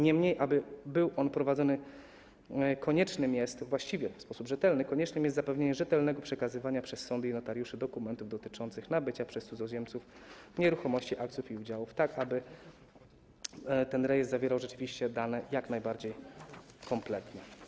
Niemniej aby był on prowadzony, konieczne jest - właściwie, w sposób rzetelny - zapewnienie rzetelnego przekazywania przez sądy i notariuszy dokumentów dotyczących nabycia przez cudzoziemców nieruchomości, akcji i udziałów, tak aby ten rejestr zawierał rzeczywiście dane jak najbardziej kompletne.